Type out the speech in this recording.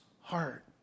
heart